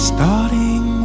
Starting